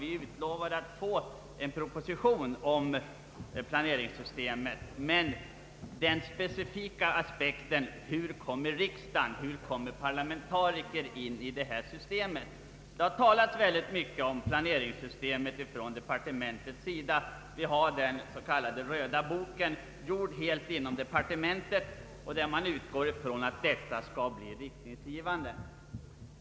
Jag skall inte tala om vad det innebär för försvaret men vill säga något om den specifika aspekten hur riksdagen och parlamentariker kommer in i detta system. Det har talats mycket om planeringssystemet från departementets sida. Vi har den s.k. röda boken, gjord helt inom departementet, där man uigår ifrån att detta system skall bli normgivande.